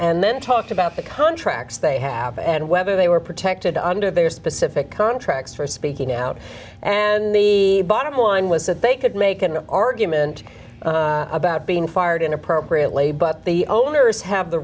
and then talked about the contracts they have and whether they were protected under their specific contracts for speaking out and the bottom line was that they could make an argument about being fired and appropriately but the owners have the